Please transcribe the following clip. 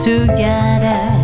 Together